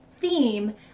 theme